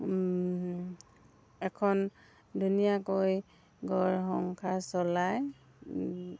এখন ধুনীয়াকৈ ঘৰ সংসাৰ চলাই